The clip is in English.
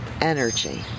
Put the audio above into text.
energy